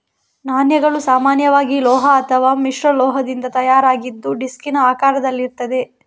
ನಾಣ್ಯಗಳು ಸಾಮಾನ್ಯವಾಗಿ ಲೋಹ ಅಥವಾ ಮಿಶ್ರಲೋಹದಿಂದ ತಯಾರಾಗಿದ್ದು ಡಿಸ್ಕಿನ ಆಕಾರದಲ್ಲಿರ್ತದೆ